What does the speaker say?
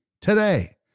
today